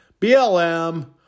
BLM